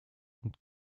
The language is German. und